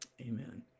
amen